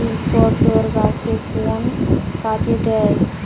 নিপটর গাছের কোন কাজে দেয়?